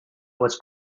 was